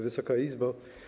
Wysoka Izbo!